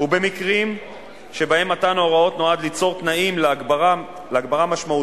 ובמקרים שבהם מתן ההוראות נועד ליצור תנאים להגברה משמעותית